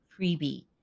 freebie